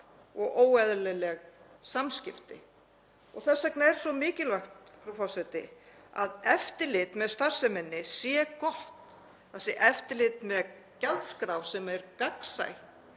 og óeðlileg samskipti. Þess vegna er svo mikilvægt, frú forseti, að eftirlit með starfseminni sé gott; það sé eftirlit með gjaldskrá sem er gagnsæ,